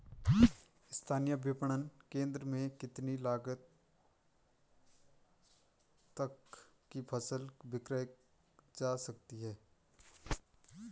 स्थानीय विपणन केंद्र में कितनी लागत तक कि फसल विक्रय जा सकती है?